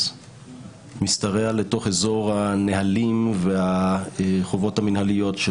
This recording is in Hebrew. משתרע לתוך אזור הנהלים והחובות המינהליות של